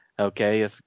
Okay